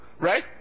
Right